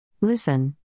Listen